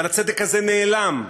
אבל הצדק הזה נעלם כשישראל,